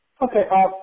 Okay